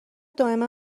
دائما